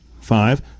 Five